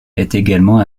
également